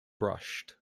brushed